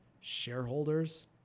shareholders